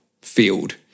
field